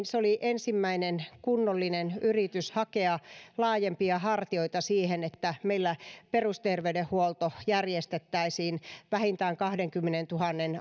se oli ensimmäinen kunnollinen yritys hakea laajempia hartioita siihen että meillä perusterveydenhuolto järjestettäisiin vähintään kahteenkymmeneentuhanteen